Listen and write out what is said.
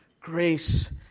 grace